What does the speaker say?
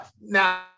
now